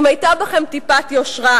אם היתה בכם טיפת יושרה,